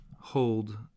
hold